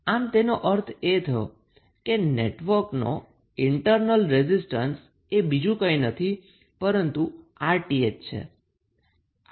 આમ તેનો અર્થ એ થયો કે નેટવર્કનો ઈન્ટર્નલ રેઝિસ્ટન્સએ બીજું કંઈ નથી પરંતુ 𝑅𝑇ℎ છે